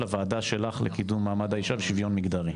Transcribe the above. הוועדה שלך לקידום מעמד האישה ושוויון מגדרי,